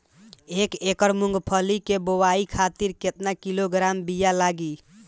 एक एकड़ मूंगफली क बोआई खातिर केतना किलोग्राम बीया लागी?